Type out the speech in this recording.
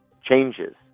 changes